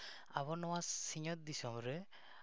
ᱟᱵᱚ ᱱᱚᱣᱟ ᱥᱤᱧᱚᱛ ᱫᱤᱥᱚᱢ ᱨᱮ